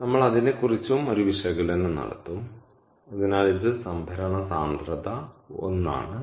നമ്മൾ അതിനെ കുറിച്ചും ഒരു വിശകലനം നടത്തും അതിനാൽ ഇത് സംഭരണ സാന്ദ്രത 1 ആണ്